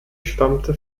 stammte